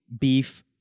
Beef